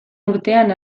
urtean